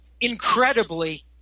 incredibly